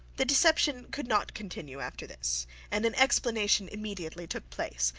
the deception could not continue after this and an explanation immediately took place,